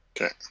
Okay